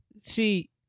see